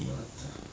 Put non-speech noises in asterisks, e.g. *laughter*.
*breath*